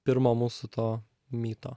pirmo mūsų to myto